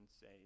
say